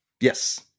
Yes